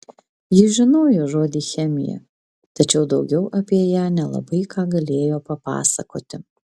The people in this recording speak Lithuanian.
jis žinojo žodį chemija tačiau daugiau apie ją nelabai ką galėjo papasakoti